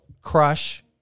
crush